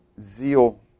zeal